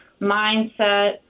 mindset